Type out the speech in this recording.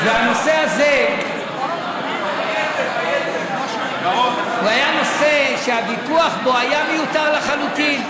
והנושא הזה הוא היה נושא שהוויכוח בו היה מיותר לחלוטין.